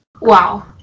wow